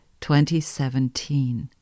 2017